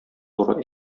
туры